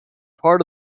part